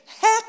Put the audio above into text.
heck